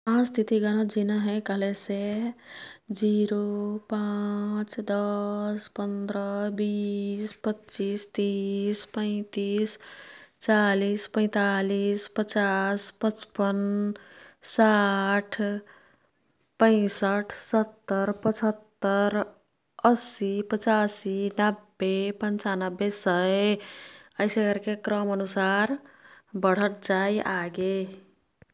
पाँचतिती गनत जिना हे कह्लेसे जिरो, पाँच, दस, पन्द्र, बिस, पच्चिस, तिस, पैंतिस, चालिस, पैंतालिस, पच्चास, पच्पन्न, साठी, पैंसठ, सत्तरी, पछत्तर, असी, पच्चसी, नब्बे, पन्चान्बे, सउ ऐसे कर्के क्रम अनुसार बढत् जाई आगे।